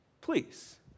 Please